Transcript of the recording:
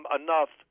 enough